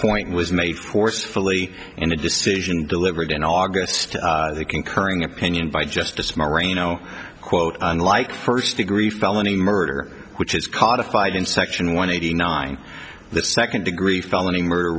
point was made forcefully in a decision delivered in august the concurring opinion by justice marino quote unlike first degree felony murder which is codified in section one eighty nine the second degree felony murder